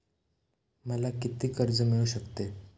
मला किती कर्ज मिळू शकते?